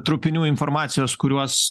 trupinių informacijos kuriuos